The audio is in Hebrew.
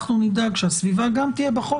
אנחנו נדאג שהסביבה גם תהיה בחוק.